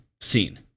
scene